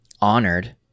honored